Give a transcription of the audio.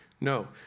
No